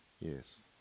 Yes